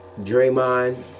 Draymond